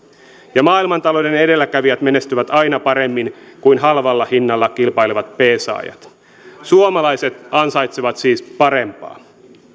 ja maailmantalouden edelläkävijät menestyvät aina paremmin kuin halvalla hinnalla kilpailevat peesaajat suomalaiset ansaitsevat siis parempaa